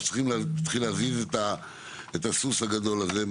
אנחנו צריכים להתחיל להזיז את הסוס הגדול הזה.